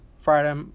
Friday